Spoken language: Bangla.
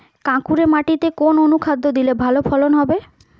কাঁকুরে মাটিতে কোন অনুখাদ্য দিলে ভালো ফলন হবে?